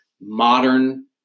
modern